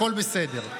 הכול בסדר.